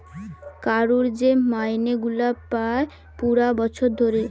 কারুর যে মাইনে গুলা পায় পুরা বছর ধরে